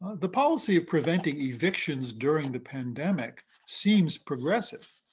the policy of preventing evictions during the pandemic seems progressive.